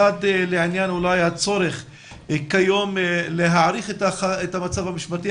אחת לעניין אולי הצורך כיום להעריך את המצב המשפטי,